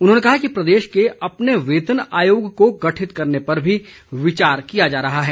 उन्होंने कहा कि प्रदेश के अपने वेतन आयोग को गठित करने पर भी विचार किया जा रहा है